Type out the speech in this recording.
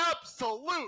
absolute